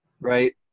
right